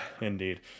Indeed